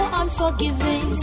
unforgiving